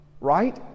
Right